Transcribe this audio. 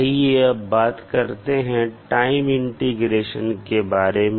आइए अब बात करते हैं टाइम इंटीग्रेशन के बारे में